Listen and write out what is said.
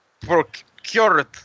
procured